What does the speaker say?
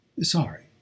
Sorry